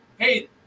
hey